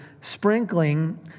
sprinkling